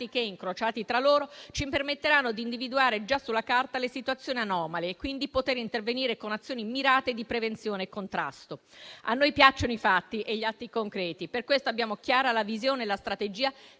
che, incrociati tra loro, ci permetteranno di individuare già sulla carta le situazioni anomale e, quindi, poter intervenire con azioni mirate di prevenzione e contrasto. A noi piacciono i fatti e gli atti concreti. Per questo abbiamo chiare la visione e la strategia